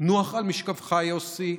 נוח על משכבך, יוסי.